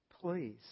Please